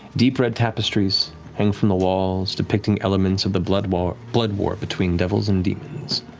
deep red tapestries hang from the walls, depicting elements of the blood war blood war between devils and demons.